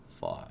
five